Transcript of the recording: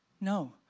No